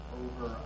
over